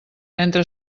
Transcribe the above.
entre